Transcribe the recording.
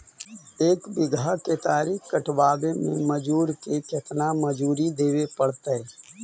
एक बिघा केतारी कटबाबे में मजुर के केतना मजुरि देबे पड़तै?